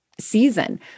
season